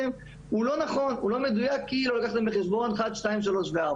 הוא לא נכון או לא מדויק כי לא לקחנו בחשבון דברים מסוימים.